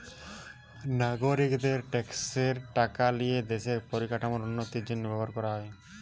নাগরিকদের ট্যাক্সের টাকা লিয়ে দেশের পরিকাঠামোর উন্নতির জন্য ব্যবহার করা হয়